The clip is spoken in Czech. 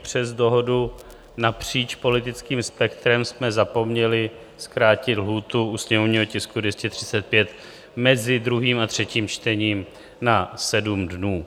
Přes dohodu napříč politickým spektrem jsme zapomněli zkrátit lhůtu u sněmovního tisku 235 mezi druhým a třetím čtením na 7 dnů.